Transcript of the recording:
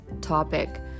topic